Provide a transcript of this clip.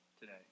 today